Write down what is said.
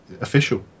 Official